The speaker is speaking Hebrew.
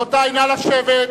רבותי, נא לשבת.